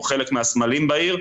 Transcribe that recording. הוא חלק מהסמלים העיר,